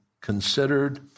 considered